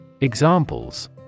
Examples